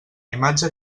imatge